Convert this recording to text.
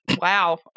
Wow